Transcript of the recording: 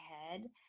head